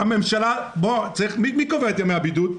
מי קובע את ימי הבידוד?